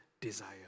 desire